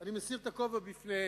אני מסיר את הכובע בפניהם.